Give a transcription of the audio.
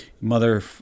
mother